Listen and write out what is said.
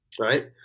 right